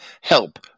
help